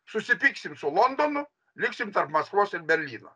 susipyksim su londonu liksim tarp maskvos ir berlyno